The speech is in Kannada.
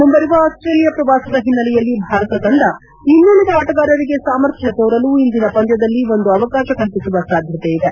ಮುಂಬರುವ ಆಸ್ಸೇಲಿಯಾ ಪ್ರವಾಸದ ಹಿನ್ನೆಲೆಯಲ್ಲಿ ಭಾರತ ತಂಡ ಇನ್ನುಳಿದ ಆಟಗಾರರಿಗೆ ಸಾಮರ್ಥ್ಲ ತೋರಲು ಇಂದಿನ ಪಂದ್ಲದಲ್ಲಿ ಒಂದು ಅವಕಾಶ ಕಲ್ಪಿಸುವ ಸಾಧ್ಲತೆಯಿದೆ